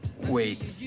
Wait